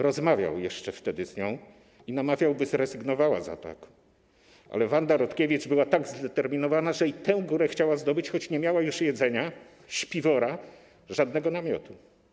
Rozmawiał wtedy jeszcze z nią i namawiał, by zrezygnowała z ataku, ale Wanda Rutkiewicz była tak zdeterminowana, że i tę górę chciała zdobyć, choć nie miała już jedzenia, śpiwora, żadnego namiotu.